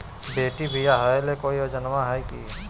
बेटी ब्याह ले कोई योजनमा हय की?